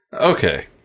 Okay